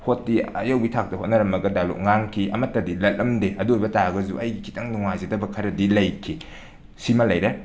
ꯍꯣꯠꯇꯤ ꯑꯌꯧꯕꯤ ꯊꯥꯛꯇ ꯍꯣꯠꯅꯔꯝꯃꯒ ꯑꯩ ꯗꯥꯏꯂꯣꯛ ꯉꯥꯡꯈꯤ ꯑꯩ ꯑꯃꯇꯗꯤ ꯂꯠꯂꯝꯗꯦ ꯑꯗꯨ ꯑꯣꯏꯕ ꯇꯥꯔꯒꯁꯨ ꯑꯩ ꯈꯤꯇꯪ ꯅꯨꯡꯉꯥꯏꯖꯗꯕ ꯈꯔꯗꯤ ꯂꯩꯈꯤ ꯁꯤꯃ ꯂꯩꯔꯦ